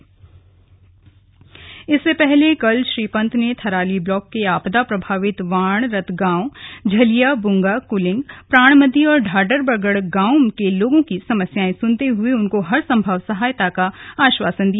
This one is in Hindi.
आपदा प्रभावित जारी इससे पहले कल श्री पन्त ने थराली ब्लॉक के आपदा प्रभावित वाण रतगांव झलिया बुंगा कुलिंग प्राणमति और ढाडरबगड़ गांवों के लोगों की समस्याएं सुनते हुए उनको हर संभव मदद का आश्वासन दिया